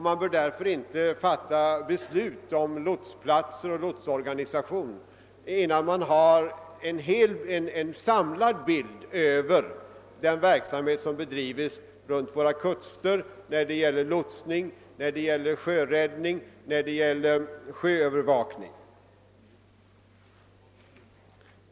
Man bör därför inte fatta beslut om lotsplatser och lotsorganisation innan man har en samlad bild av den verksamhet som bedrivs runt våra kuster när det gäller lotsning, sjöräddning och havsövervakning.